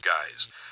guys